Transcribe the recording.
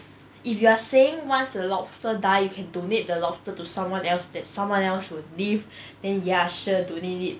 if you are saying once a lobster die you can donate the lobster to someone else that someone else would live then ya sure donate it